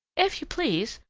if you please,